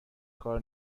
کار